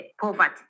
poverty